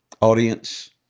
audience